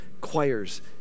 Choirs